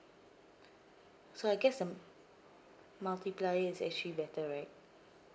so I guess the m~ multiplier is actually better right